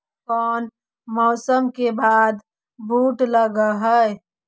कोन मौसम के बाद बुट लग है?